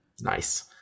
Nice